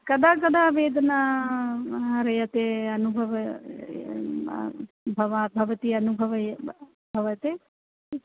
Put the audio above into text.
कदा कदा वेदना वार्यते अनुभवे भवा भवती अनुभवे भवति